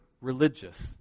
religious